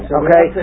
okay